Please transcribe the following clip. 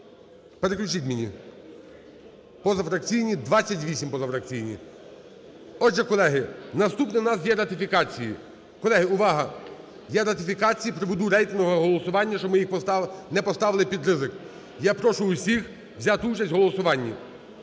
Переключіть мені. Позафракційні – 28 позафракційні. Отже, наступне в нас є ратифікації. Колеги, уваги! Я ратифікації проведу рейтингове голосування, щоб ми їх не поставили під ризик. Я прошу усіх взяти в голосуванні.